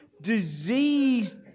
diseased